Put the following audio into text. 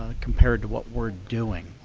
ah compared to what we're doing.